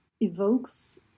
evokes